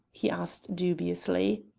he asked dubiously.